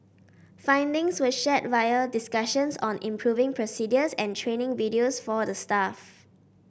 findings were shared via discussions on improving procedures and training videos for the staff